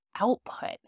output